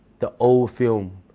the old films,